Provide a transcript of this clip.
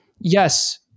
yes